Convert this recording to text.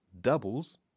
Doubles